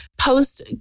post